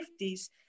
50s